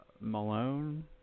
Malone